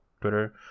Twitter